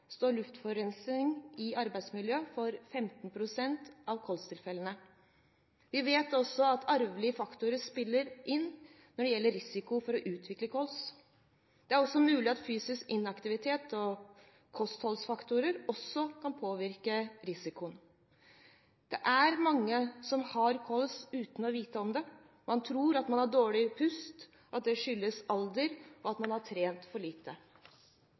står luftforurensning i arbeidsmiljøet for 15 pst. av kolstilfellene. Vi vet også at arvelige faktorer spiller inn når det gjelder risiko for å utvikle kols. Det er også mulig at fysisk inaktivitet og kostholdsfaktorer kan påvirke risikoen. Det er mange som har kols uten å vite om det. Man tror at man har dårlig pust, at det skyldes alder, og at man har trent for lite.